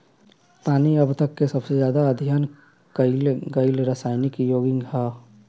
पानी अब तक के सबसे ज्यादा अध्ययन कईल गईल रासायनिक योगिक ह